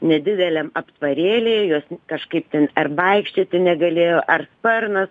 nedideliam aptarėlyje jos kažkaip ten ar vaikščioti negalėjo ar sparnas